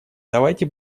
давайте